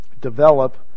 develop